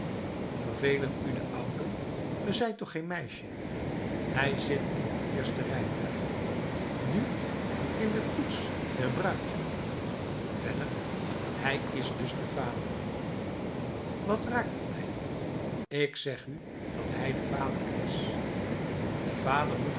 vervelen u de ouden ge zijt toch geen meisje hij zit in het eerste rijtuig nu in de koets der bruid verder hij is dus de vader wat raakt het mij ik zeg u dat hij de vader is de vader moet